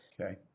Okay